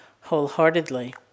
wholeheartedly